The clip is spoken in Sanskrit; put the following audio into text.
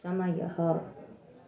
समयः